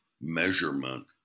measurement